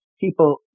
people